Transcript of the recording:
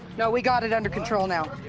no. we got it under control now.